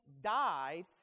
died